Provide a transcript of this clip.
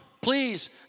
please